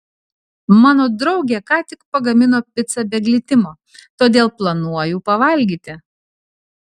mano draugė ką tik pagamino picą be glitimo todėl planuoju pavalgyti